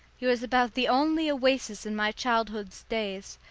he was about the only oasis in my childhood's days,